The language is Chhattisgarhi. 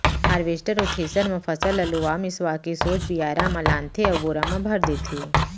हारवेस्टर अउ थेसर म फसल ल लुवा मिसवा के सोझ बियारा म लानथे अउ बोरा म भर देथे